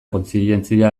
kontzientzia